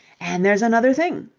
and there's another thing,